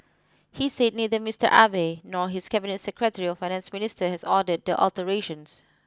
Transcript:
he said neither Mister Abe nor his cabinet secretary or finance minister has ordered the alterations